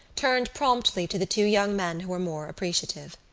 turned promptly to the two young men who were more appreciative.